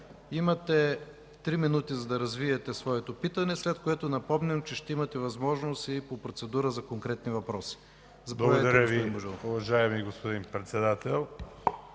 Имате три минути, за да развиете своето питане, след което напомням, че ще имате възможност и по процедура за конкретни въпроси. ГЕОРГИ БОЖИНОВ (БСП ЛБ): Благодаря Ви, уважаеми господин Председател.